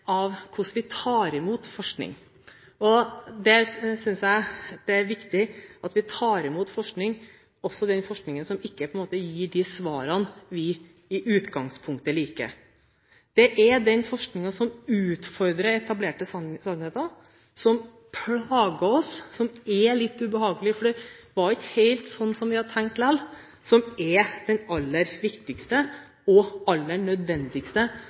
av hvordan vi tar imot forskning. Jeg synes det er viktig at vi tar imot forskning – også den forskningen som ikke gir de svarene vi i utgangspunktet liker. Det er den forskningen som utfordrer etablerte sannheter, som plager oss, og som er litt ubehagelig fordi det likevel ikke var helt sånn som vi hadde tenkt, som er den aller viktigste og aller